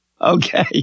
Okay